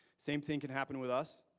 same thing can happen with us.